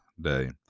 day